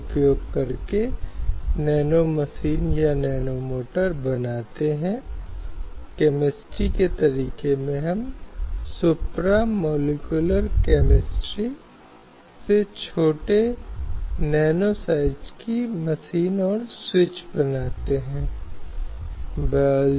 इन मूलभूत अधिकारों को मूल मानवाधिकारों के रूप में सम्मिलित किया जाता है जो हर व्यक्ति के जीने और समाज में जीने के लिए महत्वपूर्ण हैं